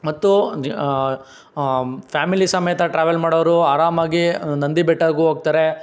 ಮತ್ತು ಫ್ಯಾಮಿಲಿ ಸಮೇತ ಟ್ರಾವೆಲ್ ಮಾಡೋವ್ರು ಆರಾಮಾಗಿ ನಂದಿ ಬೆಟ್ಟಕ್ಕು ಹೋಗ್ತಾರೆ